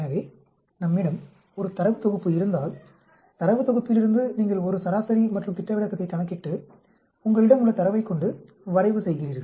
எனவே நம்மிடம் ஒரு தரவு தொகுப்பு இருந்தால் தரவுத் தொகுப்பிலிருந்து நீங்கள் ஒரு சராசரி மற்றும் திட்ட விலக்கத்தைக் கணக்கிட்டு உங்களிடம் உள்ள தரவைக் கொண்டு வரைவு செய்கிறீர்கள்